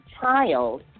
child